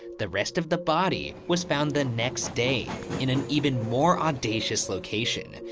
the rest of the body was found the next day in an even more audacious location.